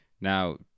now